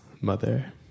Mother